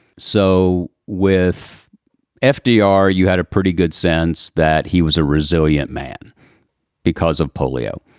so with fdr, you had a pretty good sense that he was a resilient man because of polio.